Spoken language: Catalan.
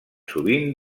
sovint